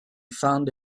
found